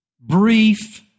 brief